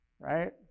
Right